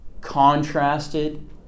contrasted